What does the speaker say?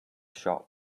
shop